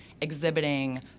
exhibiting